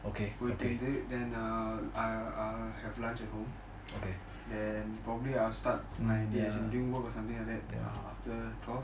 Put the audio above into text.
okay